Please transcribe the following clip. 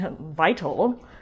vital